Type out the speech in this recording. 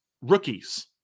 rookies